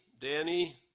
Danny